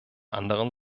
anderen